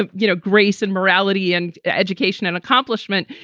ah you know, grace and morality and education and accomplishment.